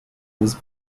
was